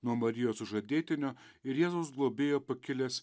nuo marijos sužadėtinio ir jėzaus globėjo pakilęs